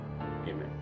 amen